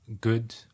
good